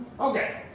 Okay